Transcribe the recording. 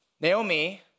Naomi